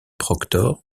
proctor